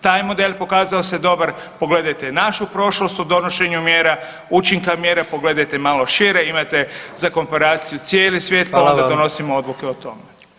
Taj model pokazao se dobar, pogledajte našu prošlost u donošenju mjera, učinka mjera, pogledajte malo šire, imate za komparaciju cijeli svijet [[Upadica: Hvala vam]] [[Govornik se ne razumije]] donosimo odluke o tome.